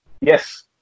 Yes